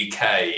UK